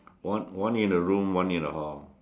one one in the room one in the hall